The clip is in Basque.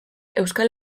euskal